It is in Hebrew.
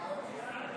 נתקבלה.